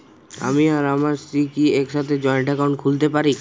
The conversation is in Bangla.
আমি আর আমার স্ত্রী কি একসাথে জয়েন্ট অ্যাকাউন্ট খুলতে পারি?